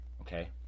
okay